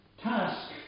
task